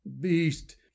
beast